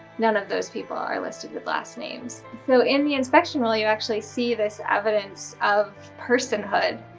none of those people are listed with last names, so in the inspection roll you actually see this evidence of personhood,